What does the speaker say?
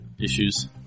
issues